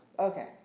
Okay